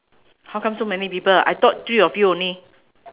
how come so many people I thought three of you only